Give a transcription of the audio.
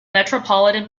metropolitan